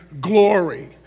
glory